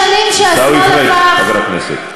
עיסאווי, עיסאווי פריג', חבר הכנסת.